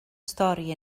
stori